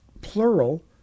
plural